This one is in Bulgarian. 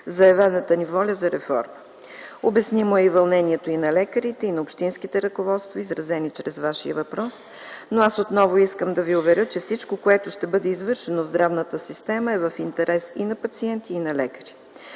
заявената ни воля за реформа. Обяснимо е вълнението и на лекарите, и на общинските ръководства, изразени чрез Вашия въпрос, но аз отново искам да Ви уверя, че всичко, което ще бъде извършено в здравната система, е в интерес и на пациенти, и на лекари.